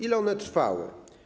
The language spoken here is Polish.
Ile one trwały?